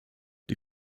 die